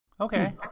Okay